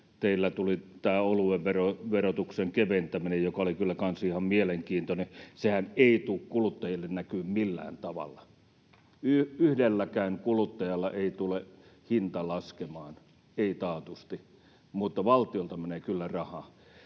teillä tuli tämä oluen verotuksen keventäminen, joka oli kyllä kanssa ihan mielenkiintoinen. Sehän ei tule kuluttajille näkymään millään tavalla. Yhdelläkään kuluttajalla ei tule hinta laskemaan, ei taatusti, mutta valtiolta menee kyllä rahaa.